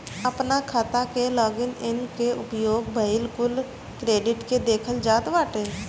आपन खाता के लॉग इन कई के उपयोग भईल कुल क्रेडिट के देखल जात बाटे